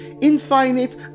infinite